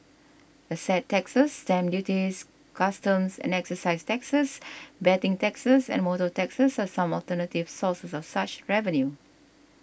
asset taxes stamp duties customs and excise taxes betting taxes and motor taxes are some alternative sources of such revenue